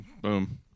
Boom